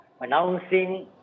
announcing